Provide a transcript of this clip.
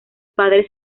padres